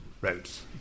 roads